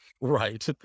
right